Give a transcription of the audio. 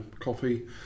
coffee